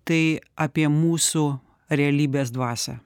tai apie mūsų realybės dvasią